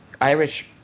Irish